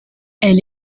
elle